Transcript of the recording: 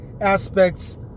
aspects